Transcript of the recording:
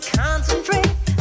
concentrate